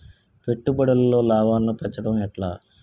పెట్టుబడులలో లాభాలను పెంచడం ఎట్లా?